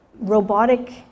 robotic